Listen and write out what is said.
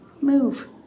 move